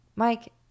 Mike